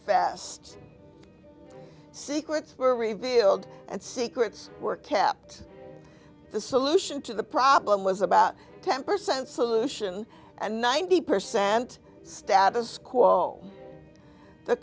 fast secrets were revealed and secrets were kept the solution to the problem was about ten percent solution and ninety percent status quo the